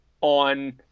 on